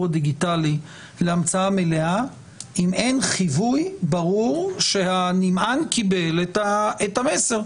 הדיגיטלי להמצאה מלאה אם אין חיווי ברור שהנמען קיבל את המסר,